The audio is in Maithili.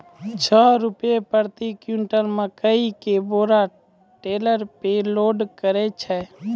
छह रु प्रति क्विंटल मकई के बोरा टेलर पे लोड करे छैय?